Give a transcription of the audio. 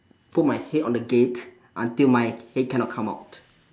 put my head on the gate until my head cannot come out